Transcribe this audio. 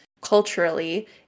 culturally